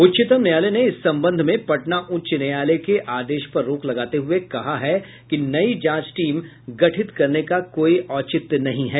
उच्चतम न्यायालय ने इस संबंध में पटना उच्च न्यायालय के आदेश पर रोक लगाते हुए कहा है कि नई जांच टीम गठित करने का कोई औचित्य नहीं है